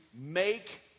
make